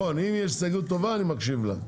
נכון, אם יש הסתייגות טובה אני מקשיב לה.